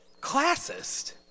classist